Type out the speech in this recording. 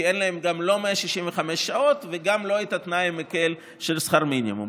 כי גם אין להם 165 שעות וגם לא את התנאי המקל של שכר מינימום.